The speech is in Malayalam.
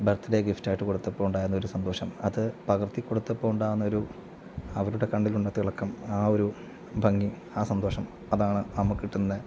ബർത്ത്ഡേ ഗിഫ്റ്റ് ആയിട്ട് കൊടുത്തപ്പോൾ ഉണ്ടായിരുന്ന ഒരു സന്തോഷം അത് പകർത്തി കൊടുത്തപ്പോൾ ഉണ്ടാവുന്ന ഒരു അവരുടെ കണ്ണിലുള്ള തിളക്കം ആ ഒരു ഭംഗി ആ സന്തോഷം അതാണ് നമുക്ക് കിട്ടുന്ന